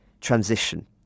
transition